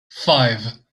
five